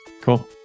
Cool